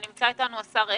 נמצא איתנו השר אלקין.